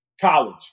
College